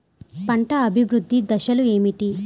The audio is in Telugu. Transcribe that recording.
పంట అభివృద్ధి దశలు ఏమిటి?